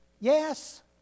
Yes